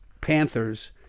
panthers